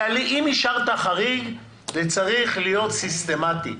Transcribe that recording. צריך להיות סיסטמתי.